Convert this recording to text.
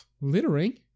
littering